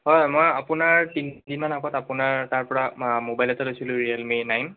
হয় হয় মই আপোনাৰ তিনদিনমান আগত আপোনাৰ তাৰ পৰা ম'বাইল এটা লৈছিলোঁ ৰিয়েলমি নাইন